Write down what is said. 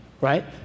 right